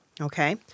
Okay